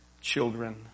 children